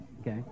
okay